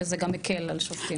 וזה גם מקל על שופטים.